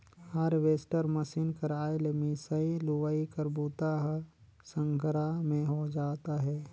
harvester machine कर आए ले मिंसई, लुवई कर बूता ह संघरा में हो जात अहे